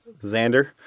Xander